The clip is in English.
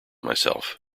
myself